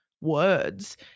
words